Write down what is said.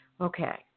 Okay